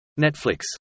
Netflix